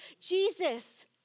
Jesus